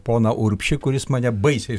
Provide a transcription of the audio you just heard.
poną urbšį kuris mane baisiai